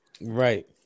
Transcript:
Right